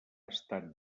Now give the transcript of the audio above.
estat